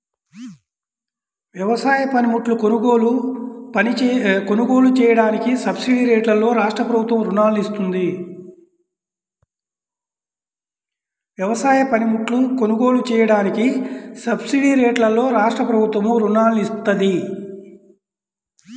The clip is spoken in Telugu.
వ్యవసాయ పనిముట్లు కొనుగోలు చెయ్యడానికి సబ్సిడీరేట్లలో రాష్ట్రప్రభుత్వం రుణాలను ఇత్తంది